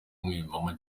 umwiyumvamo